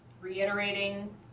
reiterating